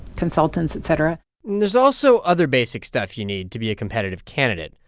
consultants, et cetera and there's also other basic stuff you need to be a competitive candidate,